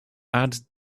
add